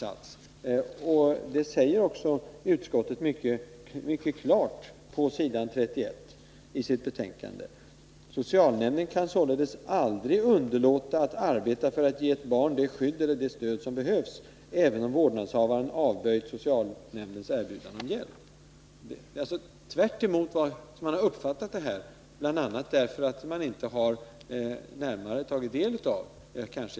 Utskottet säger också mycket klart på s. 31 i sitt betänkande: ”Socialnämnden kan således aldrig underlåta att arbeta för att ge ett barn det skydd eller stöd som behövs, även om vårdnadshavaren avböjt socialnämndens erbjudande om hjälp.” Detta är alltså tvärtemot vad som har hävdats i debatten, bl.a. därför att maninte närmare har tagit del av vad utskottet har sagt.